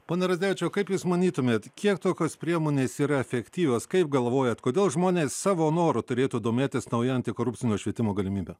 pone radzevičiau kaip jūs manytumėt kiek tokios priemonės yra efektyvios kaip galvojat kodėl žmonės savo noru turėtų domėtis nauja antikorupcinio švietimo galimybe